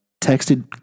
Texted